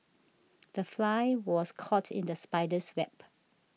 the fly was caught in the spider's web